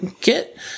get